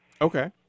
Okay